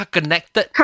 Connected